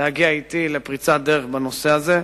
אתי לפריצת דרך בנושא הזה,